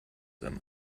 them